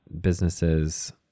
businesses